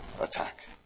attack